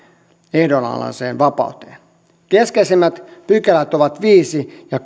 ehdonalaiseen vapauteen keskeisimmät pykälät ovat viides pykälä ja